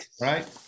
right